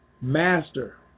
master